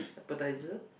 appetizer